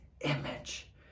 image